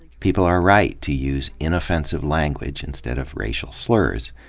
people are right to use inoffensive language instead of racial slurs,